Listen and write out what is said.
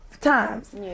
times